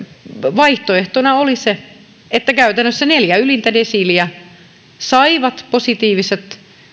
vaihtoehtona oli se että käytännössä neljä ylintä desiiliä saivat positiiviset